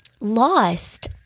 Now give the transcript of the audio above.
Lost